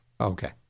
Okay